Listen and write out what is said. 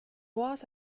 was